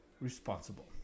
responsible